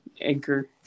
anchor